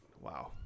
wow